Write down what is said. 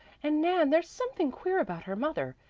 and nan, there's something queer about her mother.